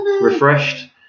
refreshed